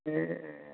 ए